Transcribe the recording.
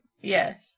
Yes